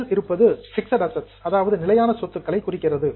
இல் இருப்பது fixed assets நிலையான சொத்துக்களை குறிக்கிறது